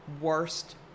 worst